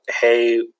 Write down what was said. hey